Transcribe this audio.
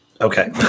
Okay